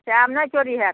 अच्छा आब नहि चोरी होयत